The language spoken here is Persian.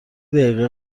دقیقه